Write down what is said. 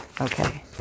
okay